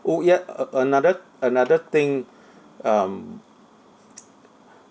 orh ya a~ another another thing um